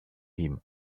him